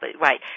Right